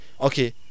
okay